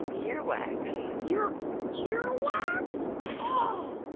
earwax your earwax? oh,